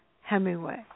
Hemingway